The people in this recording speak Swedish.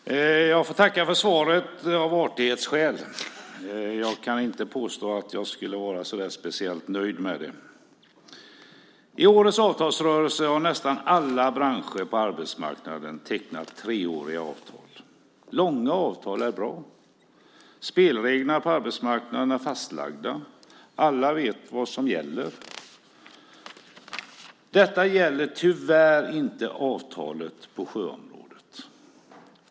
Fru talman! Jag får tacka för svaret, av artighetsskäl. Jag kan inte påstå att jag skulle vara speciellt nöjd med det. I årets avtalsrörelse har nästan alla branscher på arbetsmarknaden tecknat treåriga avtal. Långa avtal är bra. Spelreglerna på arbetsmarknaden är fastlagda. Alla vet vad som gäller. Detta gäller tyvärr inte avtalet på sjöområdet.